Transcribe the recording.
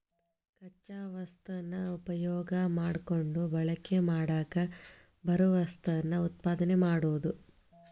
ಕಚ್ಚಾ ವಸ್ತುನ ಉಪಯೋಗಾ ಮಾಡಕೊಂಡ ಬಳಕೆ ಮಾಡಾಕ ಬರು ವಸ್ತುನ ಉತ್ಪಾದನೆ ಮಾಡುದು